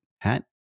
hat